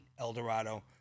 Eldorado